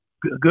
good